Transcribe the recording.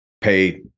pay